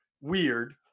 weird